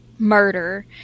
murder